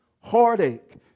heartache